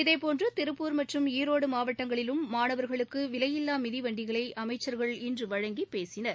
இதேபோன்று திருப்பூர் மற்றும் ஈரோடு மாவட்டங்களிலும் மாணவர்களுக்கு விலையில்லா மிதிவண்டிகளை அமைச்சர்கள் இன்று வழங்கி பேசினர்